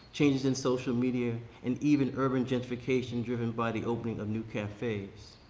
changes in social media and even urban gentrification driven by the opening of new cafes.